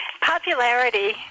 popularity